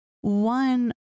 One